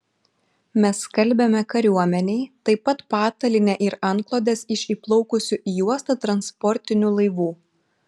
mes skalbiame kariuomenei taip pat patalynę ir antklodes iš įplaukusių į uostą transportinių laivų